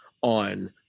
on